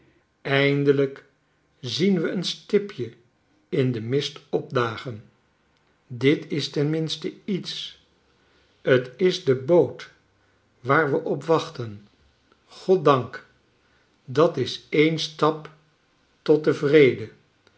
eindelijk zien we een stipje in den mist opdagen dit is ten minste iets t is de boot waar we op wachten groddank dat's een stap tot den vrede